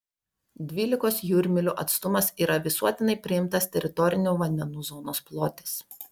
dvylikos jūrmylių atstumas yra visuotinai priimtas teritorinių vandenų zonos plotis